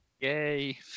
Yay